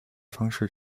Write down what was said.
方式